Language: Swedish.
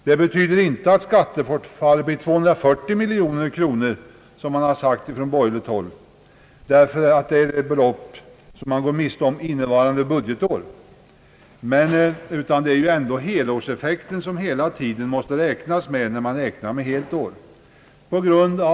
Det betyder inte att skattebortfallet blir 240 miljoner kronor, som har påståtts från borgerligt håll, därför att det är det belopp som man går miste om innevarande budgetår, utan det är ändå helårseffekten man hela tiden måste räkna med när det gäller ett helt år.